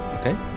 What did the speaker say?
Okay